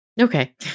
Okay